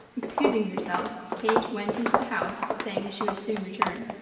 excusing herself kate went into the house saying she would soon return.